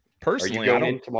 personally